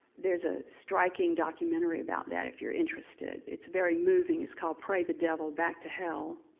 there's a striking documentary about that, if you're interested, it's very moving. it's called pray the devil back to hell.